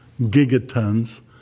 gigatons